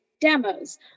demos